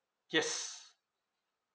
yes